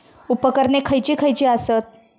उपकरणे खैयची खैयची आसत?